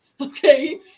Okay